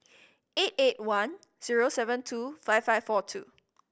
eight eight one zero seven two five five four two